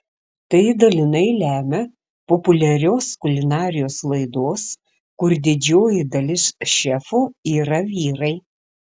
tai dalinai lemia populiarios kulinarijos laidos kur didžioji dalis šefų yra vyrai